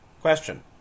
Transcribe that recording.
Question